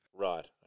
Right